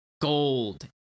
Gold